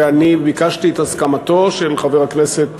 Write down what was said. ואני ביקשתי את הסכמתו של חבר הכנסת